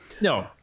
No